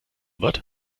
wird